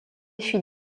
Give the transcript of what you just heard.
fut